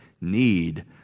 need